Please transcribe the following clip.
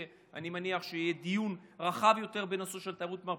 שאני מניח שיהיה דיון רחב יותר בנושא של תיירות מרפא,